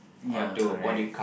ya correct